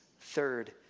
Third